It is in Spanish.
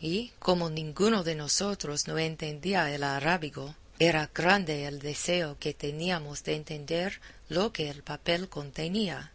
y como ninguno de nosotros no entendía el arábigo era grande el deseo que teníamos de entender lo que el papel contenía